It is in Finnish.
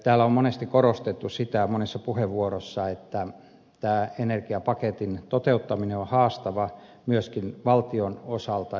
täällä on korostettu sitä monissa puheenvuoroissa että tämän energiapaketin toteuttaminen on haastava myöskin valtion osalta